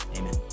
Amen